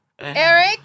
Eric